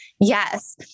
Yes